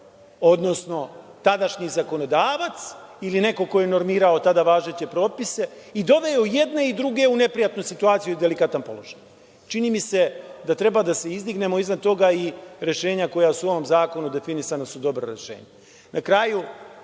odnosno tadašnji zakonodavac ili neko ko je normirao tada važeće propise i doveo i jedne i druge u neprijatnu situaciju i delikatan položaj. Čini mi se da treba da se izdignemo iznad toga i rešenja koja su u ovom zakonu definisana su dobra rešenja. Na